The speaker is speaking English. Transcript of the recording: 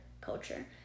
culture